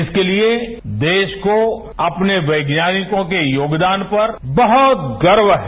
इसके लिए देश को अपने वैज्ञानिकों के योगदान पर बहुत गर्व है